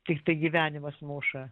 tiktai gyvenimas muša